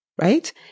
right